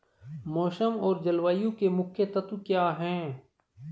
मौसम और जलवायु के मुख्य तत्व क्या हैं?